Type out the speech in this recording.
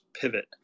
pivot